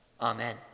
Amen